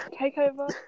Takeover